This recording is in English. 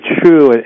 true